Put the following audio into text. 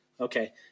Okay